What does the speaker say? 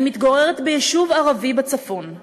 אני מתגוררת ביישוב ערבי בצפון.